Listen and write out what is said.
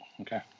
okay